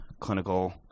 clinical